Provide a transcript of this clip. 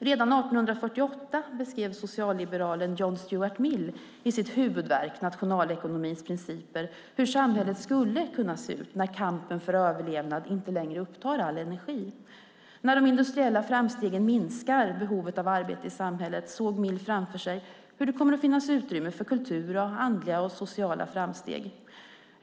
Redan 1848 beskrev socialliberalen John Stuart Mill i sitt huvudverk Nationalekonomins principer hur samhället skulle kunna se ut när kampen för överlevnad inte längre upptar all energi. När de industriella framstegen minskar behovet av arbete i samhället såg Mill framför sig hur det kommer att finnas utrymme för kultur och andliga och sociala framsteg.